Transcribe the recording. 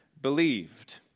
believed